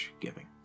Giving